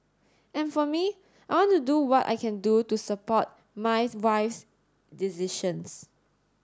and for me I want to do what I can do do support my wife's decisions